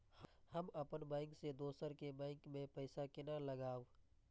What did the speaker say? हम अपन बैंक से दोसर के बैंक में पैसा केना लगाव?